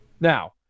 Now